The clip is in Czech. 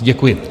Děkuji.